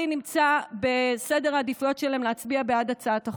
נמצא בסדר העדיפויות שלהם להצביע בעד הצעת החוק.